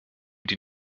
die